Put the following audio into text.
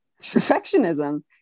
perfectionism